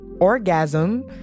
orgasm